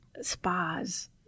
spas